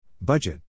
Budget